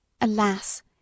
Alas